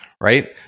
right